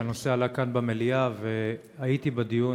כשהנושא עלה כאן במליאה והייתי בדיון,